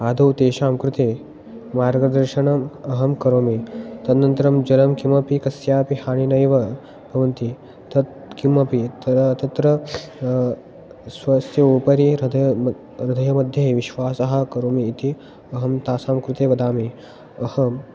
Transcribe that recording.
आदौ तेषां कृते मार्गदर्शनम् अहं करोमि तदनन्तरं जलं किमपि कस्यापि हानिः नैव भवन्ति तत् किमपि तदा तत्र स्वस्य उपरि हृदयं हृधयमध्ये विश्वासं करोमि इति अहं तासां कृते वदामि अहं